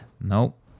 Nope